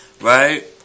right